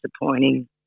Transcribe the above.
disappointing